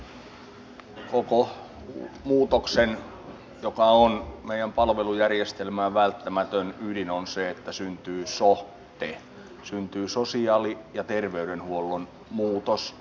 koko muutoksen joka on meidän palvelujärjestelmään välttämätön ydin on se että syntyy so te syntyy sosiaali ja terveydenhuollon muutos uudistus